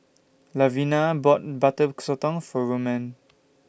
Levina bought Butter Sotong For Romaine